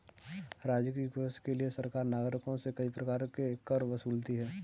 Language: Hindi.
राजकीय कोष के लिए सरकार नागरिकों से कई प्रकार के कर वसूलती है